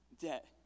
debt